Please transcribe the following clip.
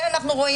זה אנחנו רואים,